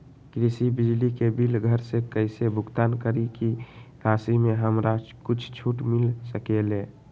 कृषि बिजली के बिल घर से कईसे भुगतान करी की राशि मे हमरा कुछ छूट मिल सकेले?